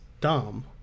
Dom